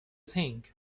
think